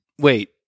Wait